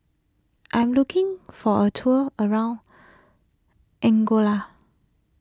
I am looking for a tour around Angola